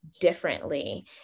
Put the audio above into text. differently